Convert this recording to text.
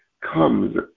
comes